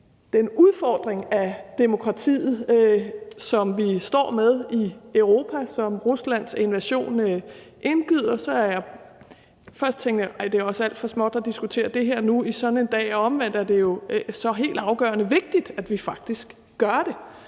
den udfordring af demokratiet, som vi står med i Europa, som Ruslands invasion indgyder, og først tænkte jeg: Ej, det er også alt for småt at diskutere det her nu på sådan en dag. Men omvendt er det jo helt afgørende vigtigt, at vi faktisk gør det.